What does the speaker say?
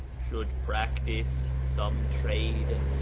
should practice some trade,